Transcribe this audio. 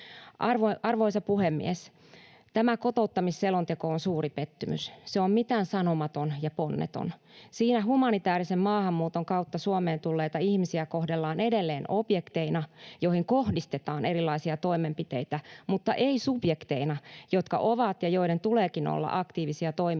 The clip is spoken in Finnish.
Arvoisa puhemies! Tämä kotouttamisselonteko on suuri pettymys. Se on mitäänsanomaton ja ponneton. Siinä humanitäärisen maahanmuuton kautta Suomeen tulleita ihmisiä kohdellaan edelleen objekteina, joihin kohdistetaan erilaisia toimenpiteitä, mutta ei subjekteina, jotka ovat ja joiden tuleekin olla aktiivisia toimijoita,